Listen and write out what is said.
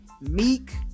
Meek